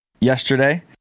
yesterday